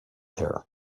there